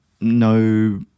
no